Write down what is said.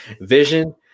Vision